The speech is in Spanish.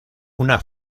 una